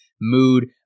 mood